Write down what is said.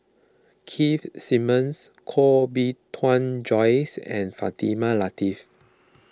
Keith Simmons Koh Bee Tuan Joyce and Fatimah Lateef